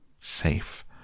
safe